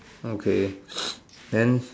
okay then